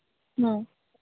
ହଁ